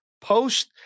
Post